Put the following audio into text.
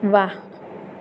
व्वा